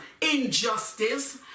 injustice